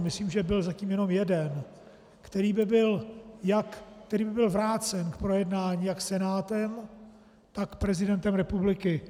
Myslím, že byl zatím jenom jeden, který by byl vrácen k projednání jak Senátem, tak prezidentem republiky.